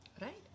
right